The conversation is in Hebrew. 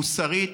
מוסרית,